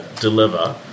deliver